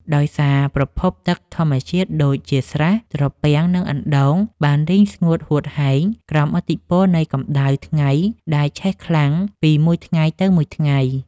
ដោយសារប្រភពទឹកធម្មជាតិដូចជា ស្រះ ត្រពាំង និងអណ្ដូង បានរីងស្ងួតហួតហែងក្រោមឥទ្ធិពលនៃកម្ដៅថ្ងៃដែលឆេះខ្លាំងពីមួយថ្ងៃទៅមួយថ្ងៃ។